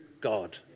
God